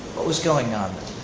what was going on?